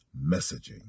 Messaging